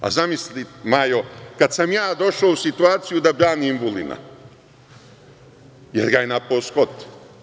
A, zamisli Majo, kada sam ja došao u situaciju da branim Vulina, jer ga je napao Skot.